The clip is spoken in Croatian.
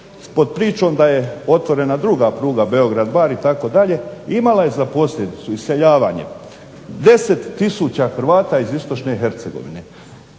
pod pričom da je otvorena druga pruga Beograd-Bar itd. imala je za posljedicu iseljavanje 10 tisuća Hrvata iz istočne Hercegovine,